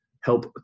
help